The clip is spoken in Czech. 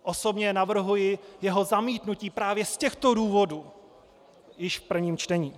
Osobně navrhuji jeho zamítnutí právě z těchto důvodů již v prvním čtení.